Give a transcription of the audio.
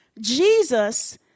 Jesus